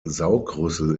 saugrüssel